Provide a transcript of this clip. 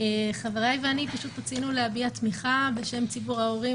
חבריי ואני רצינו להביע תמיכה בשם ציבור ההורים